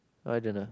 I don't know